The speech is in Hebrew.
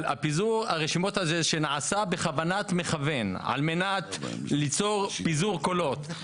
אבל פיזור הרשימות נעשה בכוונת מכוון על מנת ליצור פיזור קולות.